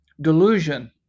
delusion